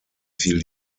fiel